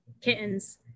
kittens